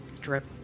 Drip